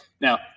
Now